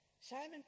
Simon